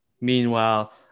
meanwhile